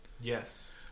Yes